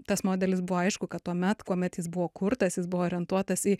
tas modelis buvo aišku kad tuomet kuomet jis buvo kurtas jis buvo orientuotas į